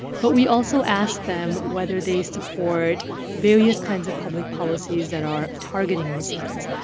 but we also asked them whether they support various kinds of public policies that are targeting muslims.